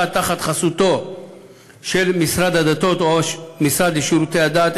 חסותו של משרד הדתות או המשרד לשירותי דת,